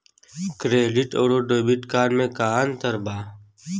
Credit अउरो debit card मे का अन्तर बा?